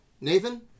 Nathan